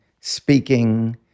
speaking